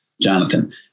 Jonathan